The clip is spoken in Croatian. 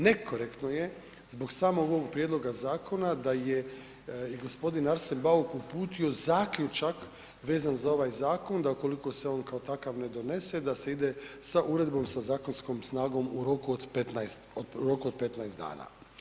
Nekorektno je zbog samog ovog prijedloga zakona da je i g. Arsen Bauk uputio zaključak vezan za ovaj zakon da ukoliko se on kao takav ne donese da se ide sa uredbom, sa zakonskom snagom u roku od 15 dana.